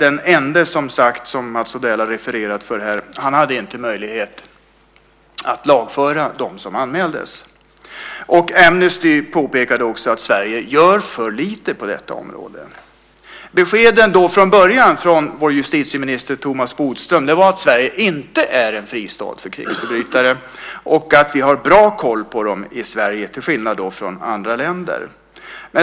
Den enda polisen, som Mats Odell här har refererat till, hade inte möjlighet att lagföra dem som anmäldes. Amnesty påpekade också att Sverige gör för lite på detta område. Beskeden från början från vår justitieminister Thomas Bodström var att Sverige inte är en fristad för krigsförbrytare och att vi har bra koll på dem i Sverige, till skillnad från andra länder.